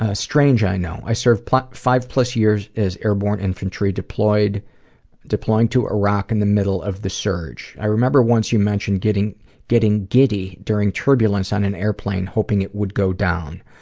ah strange, i know. i served five-plus years as airborne infantry deployed deploying to iraq in the middle of the surge. i remember once, you mentioned getting getting giddy during turbulence on an airplane, hoping it would go down.